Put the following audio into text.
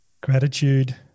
Gratitude